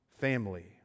family